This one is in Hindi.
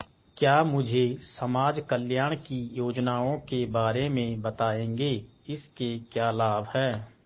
क्या मुझे समाज कल्याण की योजनाओं के बारे में बताएँगे इसके क्या लाभ हैं?